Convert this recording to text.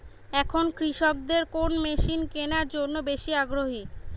এখন কৃষকদের কোন মেশিন কেনার জন্য বেশি আগ্রহী?